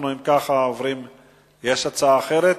אם כך, אנחנו עוברים להצעה אחרת,